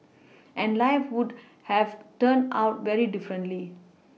and life would have turned out very differently